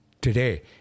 today